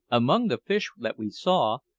among the fish that we saw,